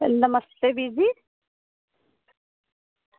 नमस्ते Bir जी